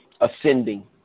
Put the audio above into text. ascending